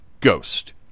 Ghost